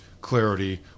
clarity